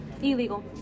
Illegal